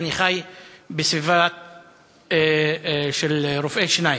אני חי בסביבה של רופאי שיניים,